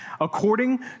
According